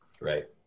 Right